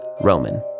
Roman